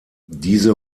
diese